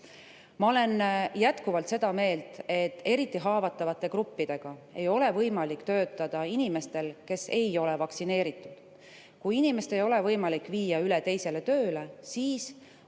Ma olen jätkuvalt seda meelt, et eriti haavatavate gruppidega ei ole võimalik töötada inimestel, kes ei ole vaktsineeritud. Kui inimest ei ole võimalik viia üle teisele tööle, siis on tarvis